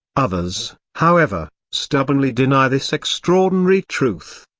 others, however, stubbornly deny this extraordinary truth,